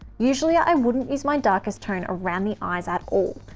usually i wouldn't use my darkest tone around the eyes at all,